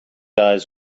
eyes